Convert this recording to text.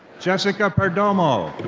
jessica perdomo.